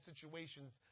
situations